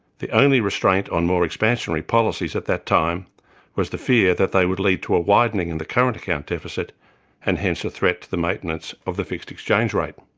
the only restraint on more expansionary policies at that time was the fear that they would lead to a widening in the current account deficit and hence a threat to the maintenance of the fixed exchange rate.